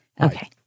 Okay